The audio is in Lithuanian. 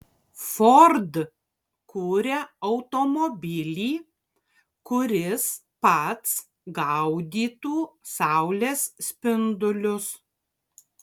ford kuria automobilį kuris pats gaudytų saulės spindulius